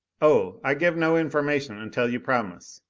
oh, i give no information until you promise!